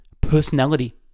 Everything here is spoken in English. Personality